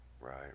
Right